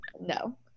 No